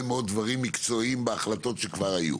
מאוד דברים מקצועיים בהחלטות שכבר היו.